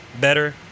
better